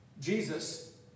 Jesus